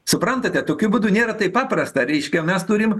suprantate tokiu būdu nėra taip paprasta reiškia mes turim